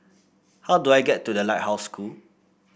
how do I get to The Lighthouse School